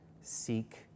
seek